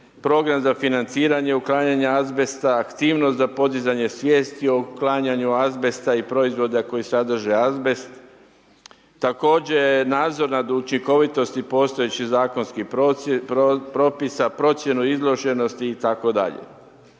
program za financiranje uklanjanja azbesta, aktivnost za podizanje svijesti o uklanjanju azbesta i proizvoda koji sadrže azbest. Također je nadzor nad učinkovitosti postojećih zakonskih propisa, procjenu izloženosti itd.